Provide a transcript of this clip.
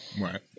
Right